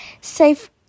safe